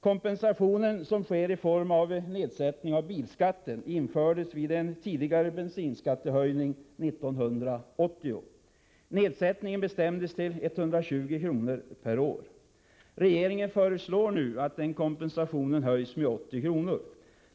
Kompensationen, som sker i form av nedsättning av bilskatten, infördes vid en tidigare bensinskattehöjning 1980. Nedsättningen bestämdes till 120 kr. per år. Regeringen föreslår nu att den kompensationen höjs med 80 kr.